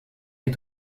est